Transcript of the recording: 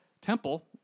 temple